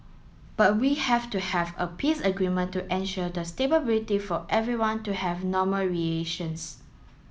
but we have to have a peace agreement to assure the stability for everyone to have normal relations